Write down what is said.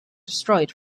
destroyed